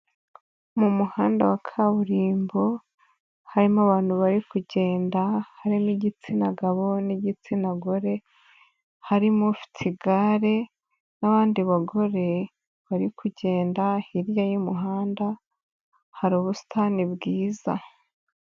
Mu muhanda wa kaburimbo, harimo abantu bari kugenda, harimo igitsina gabo n'igitsina gore, harimo ufite igare n'abandi bagore bari kugenda, hirya y'umuhanda hari ubusitani bwiza.